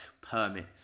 permit